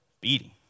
beating